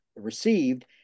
received